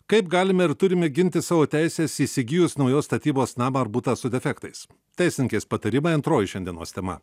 kaip galime ir turime ginti savo teises įsigijus naujos statybos namą ar butą su defektais teisininkės patarimai antroji šiandienos tema